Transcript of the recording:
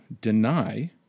deny